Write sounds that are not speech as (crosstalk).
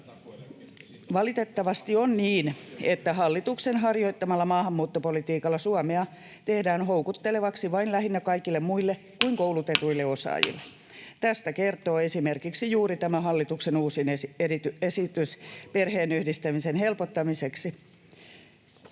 Valitettavasti on niin, että hallituksen harjoittamalla maahanmuuttopolitiikalla Suomea tehdään houkuttelevaksi vain lähinnä kaikille muille (noise) kuin koulutetuille osaajille. Tästä kertoo esimerkiksi juuri tämä hallituksen uusin esitys perheenyhdistämisen helpottamiseksi.